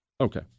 Okay